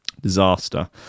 disaster